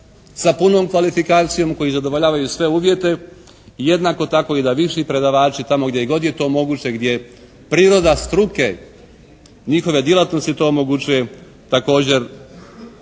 sa punom kvalifikacijom koji zadovoljavaju sve uvjete i jednako tako i da vidi predavači tamo gdje god je to moguće, gdje priroda struke njihove djelatnosti to omogućuje također